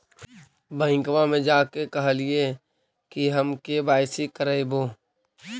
बैंकवा मे जा के कहलिऐ कि हम के.वाई.सी करईवो?